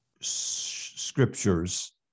scriptures